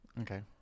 Okay